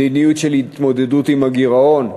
מדיניות של התמודדות עם הגירעון.